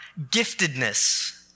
giftedness